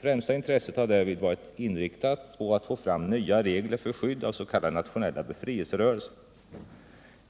Främsta intresset har härvid varit inriktat på att få fram nya regler för skydd av s.k. nationella befrielserörelser.